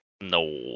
No